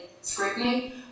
scrutiny